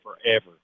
forever